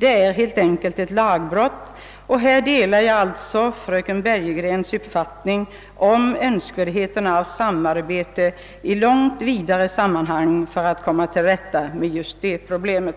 Det är helt enkelt ett lagbrott, och där delar jag fröken Bergegrens uppfattning om önskvärdheten av samarbete i långt vidare sammanhang för att komma till rätta med det problemet.